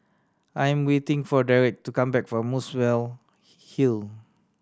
I am waiting for Derik to come back from Muswell Hill